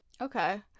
Okay